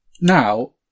Now